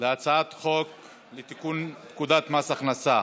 הצעת חוק לתיקון פקודת מס הכנסה.